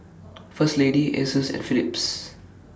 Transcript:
First Lady Asus and Phillips